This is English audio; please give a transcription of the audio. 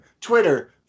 Twitter